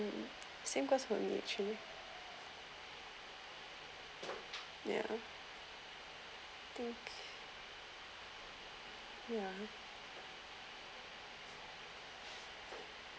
same goes for me actually ya ya